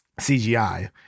cgi